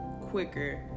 quicker